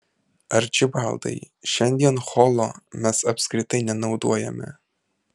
arčibaldai šiandien holo mes apskritai nenaudojame